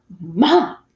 Mom